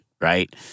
right